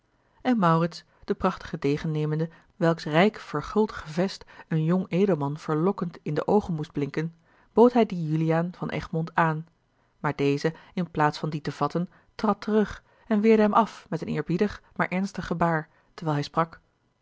en maurits den prachtigen degen nemende welks rijk verguld gevest een jong edelman verlokkend in de oogen moest blinken bood hij dien juliaan van egmond aan maar deze in plaats van dien te vatten trad terug en weerde hem af met een eerbiedig maar ernstig gebaar terwijl hij sprak